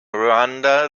rwanda